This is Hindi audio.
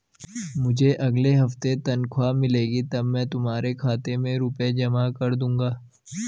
मुझे अगले हफ्ते तनख्वाह मिलेगी तब मैं तुम्हारे खाते में रुपए जमा कर दूंगा